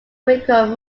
record